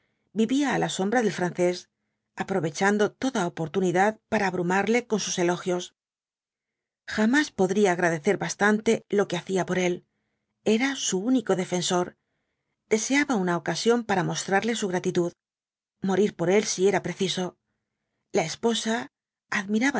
vivía á la sombra del francés aprovechando toda oportunidad para abrumarle con sus elogios jamás podría agradecer bastante lo que hacía por él era su único defensor deseaba una ocasión para mostrarle su gratitud morir por él si era preciso la esposa